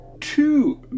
two